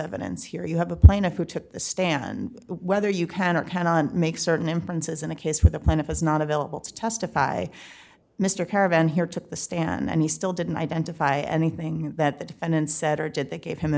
evidence here you have a plaintiff who took the stand whether you can or cannot make certain in princes in a case where the plaintiff is not available to testify mr caravan here took the stand and he still didn't identify anything that the defendant said or did they gave him